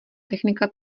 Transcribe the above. technika